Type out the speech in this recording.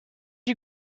you